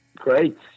Great